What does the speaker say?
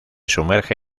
sumerge